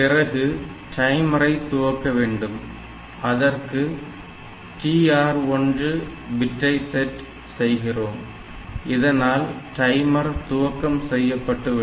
பிறகு டைமரை துவக்க வேண்டும் அதற்கு TR1 பிட்டை செட் செய்கிறோம் இதனால் டைமர் துவக்கம் செய்யப்பட்டுவிடும்